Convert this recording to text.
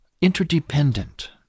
interdependent